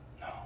No